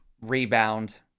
rebound